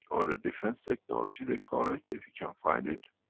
or the defense technology they call it, if you can find it?